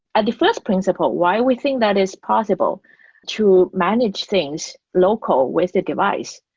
and the first principle, why we think that is possible to manage things local with a device?